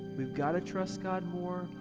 we've gotta trust god more.